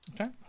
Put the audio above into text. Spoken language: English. Okay